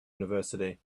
university